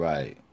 Right